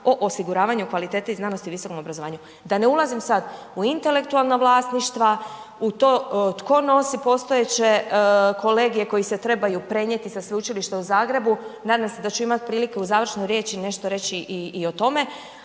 o osiguravanju kvalitete u znanosti i visokom obrazovanju. Da ne ulazim sad u intelektualna vlasništva, u to tko nosi postojeće kolegije koji se trebaju prenijeti sa Sveučilišta u Zagrebu, nadam se da ću imati prilike u završnoj riječi nešto reći i o tome,